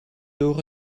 door